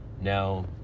Now